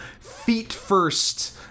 feet-first